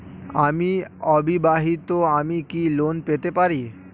আমি অবিবাহিতা আমি কি লোন পেতে পারি?